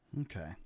Okay